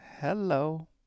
hello